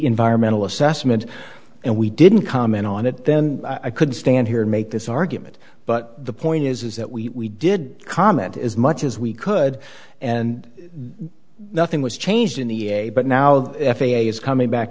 environmental assessment and we didn't comment on it then i could stand here and make this argument but the point is is that we did comment as much as we could and nothing was changed in the a but now the f a a is coming back